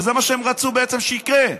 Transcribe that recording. וזה מה שהם רצו בעצם שיקרה,